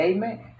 Amen